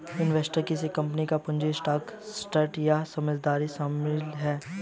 equity किसी company का पूंजी स्टॉक ट्रस्ट या साझेदारी शामिल है